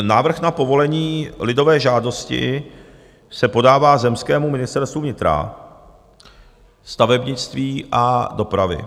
Návrh na povolení lidové žádosti se podává zemskému ministerstvu vnitra, stavebnictví a dopravy.